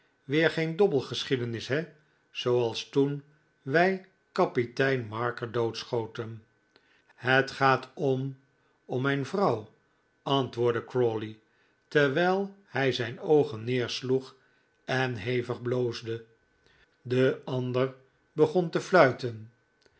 weer geen dobbelgeschiedenis he zooals toen wij kapitein marker doodschoten het gaat om om mijn vrouw antwoordde crawley terwijl hij zijn oogen neersloeg en hevig bloosde de ander begon te fluiten